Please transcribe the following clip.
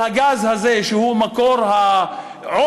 על הגז הזה שהוא מקור העושר,